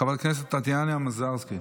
חברת הכנסת טטיאנה מזרסקי.